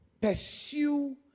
pursue